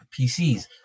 PCs